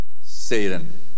Satan